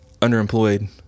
underemployed